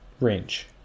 range